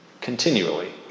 continually